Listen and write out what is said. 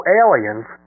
aliens